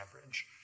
average